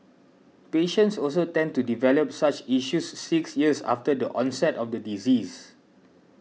patients also tend to develop such issues six years after the onset of the disease